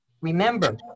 Remember